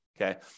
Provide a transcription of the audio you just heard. okay